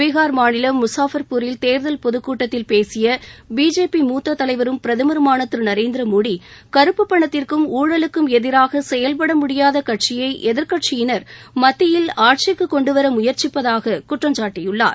பீகார் மாநிலம் முஷாஃபர்பூரில் தேர்தல் பொதுக்கூட்டத்தில் பேசிய பிஜேபி முத்த தலைவரும் பிரதமருமான திரு நரேந்திர மோடி கறுப்புப் பணத்திற்கும் ஊழலுக்கும் எதிராக செயல்பட முடியாத கட்சியை எதிர்கட்சியினர் மத்தியில் ஆட்சிக்கு கொண்டுவர முயற்சிப்பதாக குற்றம் சாட்டியுள்ளார்